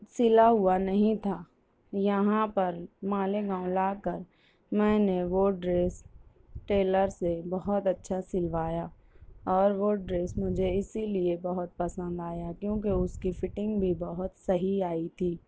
سلا ہوا نہیں تھا یہاں پر مالیگاؤں لا کر میں نے وہ ڈریس ٹیلر سے بہت اچھا سلوایا اور وہ ڈریس مجھے اسی لیے بہت پسند آیا کیونکہ وہ اس کی فٹنگ بھی بہت صحیح آئی تھی